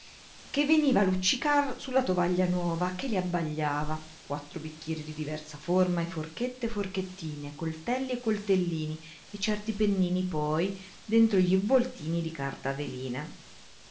che vedevano luccicar sulla tovaglia nuova che li abbagliava quattro bicchieri di diversa forma e forchette e forchettine coltelli e coltellini e certi pennini poi dentro gl'involtini di